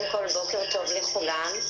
לכולם,